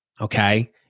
Okay